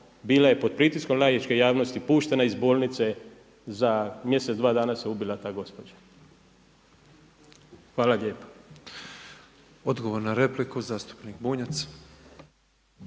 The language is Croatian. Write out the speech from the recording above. bila je pod pritiskom laičke javnosti puštena iz bolnice, za mjesec, dva dana se ubila ta gospođa. Hvala lijepa. **Petrov, Božo (MOST)** Hvala